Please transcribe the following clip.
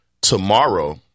tomorrow